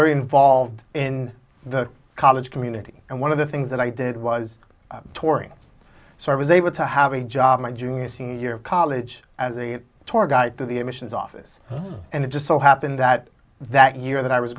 very involved in the college community and one of the things that i did was touring so i was able to have a job my junior senior college as a tour guide to the admissions office and it just so happened that that year that i was